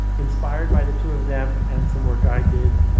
inspired by the two of them and some work i did,